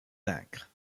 vaincre